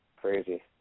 Crazy